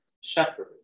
shepherd